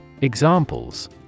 Examples